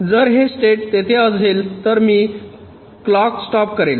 जर हे स्टेट तेथे असेल तर मी क्लॉक स्टॉप करेल